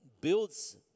builds